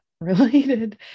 related